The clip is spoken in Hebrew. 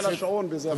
הסתכלתי על השעון וזה,